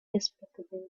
despicable